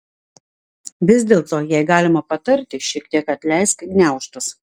vis dėlto jei galima patarti šiek tiek atleisk gniaužtus